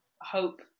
hope